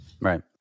Right